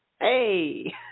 Hey